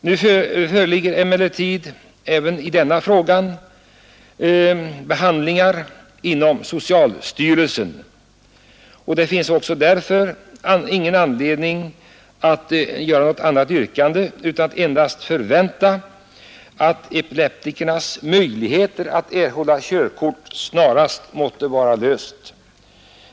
Nu är emellertid denna fråga under behandling inom socialstyrelsen. Det finns därför ingen anledning att nu ställa något yrkande utan det är att förvänta att frågan om epileptikernas möjligheter att erhålla körkort snarast måtte vara löst.